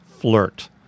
flirt